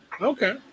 Okay